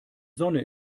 sonne